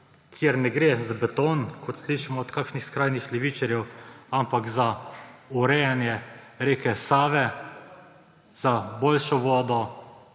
kjer ne gre za beton, kot slišimo od kakšnih skrajnih levičarjev, ampak za urejanje reke Save, za boljšo vodo,